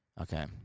Okay